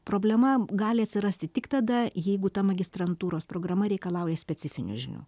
problema gali atsirasti tik tada jeigu ta magistrantūros programa reikalauja specifinių žinių